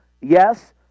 Yes